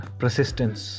persistence